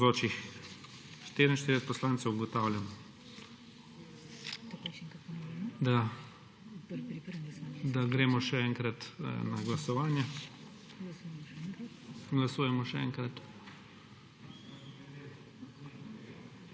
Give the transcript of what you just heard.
in poslancev. Ugotavljam, da gremo še enkrat na glasovanje. Glasujemo še enkrat.